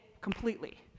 completely